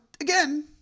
Again